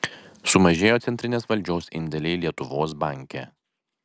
sumažėjo centrinės valdžios indėliai lietuvos banke